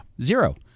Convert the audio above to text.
Zero